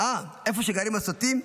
אה, איפה שגרים הסוטים?